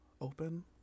open